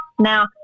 now